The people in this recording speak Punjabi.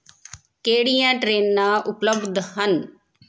ਕਿਹੜੀਆਂ ਟ੍ਰੇਨਾਂ ਉਪਲਬਧ ਹਨ